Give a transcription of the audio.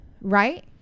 Right